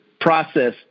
process